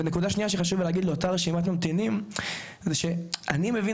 ונקודה שנייה שחשוב להגיד לגבי אותה רשימת ממתינים זה שאני מבין